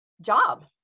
job